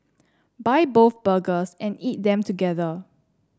buy both burgers and eat them together